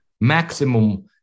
maximum